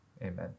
amen